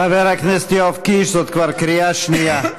חבר הכנסת יואב קיש, זאת כבר קריאה שנייה.